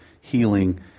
healing